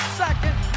second